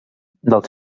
del